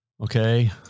Okay